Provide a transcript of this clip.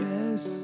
Yes